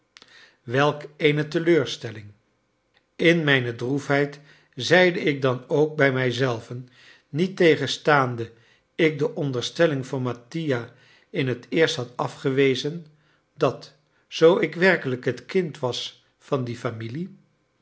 welk eene teleurstelling in mijne droefheid zeide ik dan ook bij mij zelven niettegenstaande ik de onderstelling van mattia in het eerst had afgewezen dat zoo ik werkelijk het kind was van die familie